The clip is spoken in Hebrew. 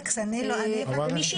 כי אם אין הסתייגויות חלופיות לא.